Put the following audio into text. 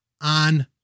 on